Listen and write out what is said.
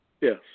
Yes